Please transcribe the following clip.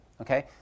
okay